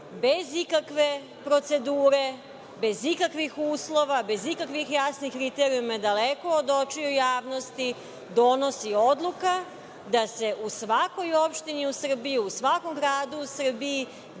bez ikakve procedure, bez ikakvih uslova, bez ikakvih jasnih kriterijuma, daleko od očiju javnosti donosi odluka da se u svakoj opštini u Srbiji, u svakom gradu u Srbiji